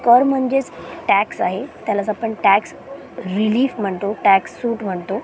कर म्हणजेच टॅक्स आहे त्यालाच आपण टॅक्स रिलीफ म्हणतो टॅक्स सूट म्हणतो